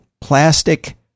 plastic